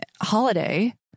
holiday